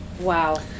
wow